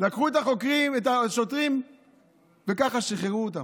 לקחו את השוטרים וככה שחררו אותם,